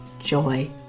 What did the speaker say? joy